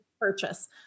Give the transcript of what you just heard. purchase